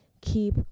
keep